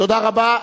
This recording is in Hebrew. תודה רבה.